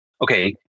okay